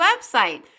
website